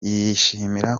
yishimira